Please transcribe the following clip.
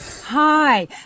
Hi